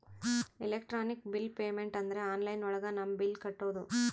electronic bill payment ಅಂದ್ರೆ online ಒಳಗ ನಮ್ ಬಿಲ್ ಕಟ್ಟೋದು